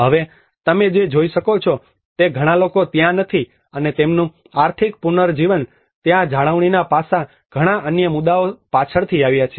હવે તમે જે જોઈ શકો છો તે ઘણા લોકો ત્યાં નથી અને તેમનું આર્થિક પુનર્જીવન ત્યાં જાળવણીના પાસાં ઘણા અન્ય મુદ્દાઓ પાછળથી આવ્યા છે